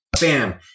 bam